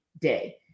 day